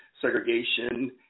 segregation